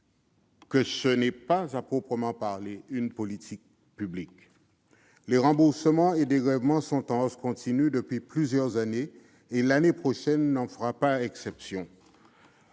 que ce n'est pas à proprement parler une politique publique. Les remboursements et dégrèvements sont en hausse continue depuis plusieurs années ; l'année prochaine ne fera pas exception.